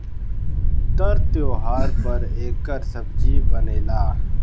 तर त्योव्हार पर एकर सब्जी बनेला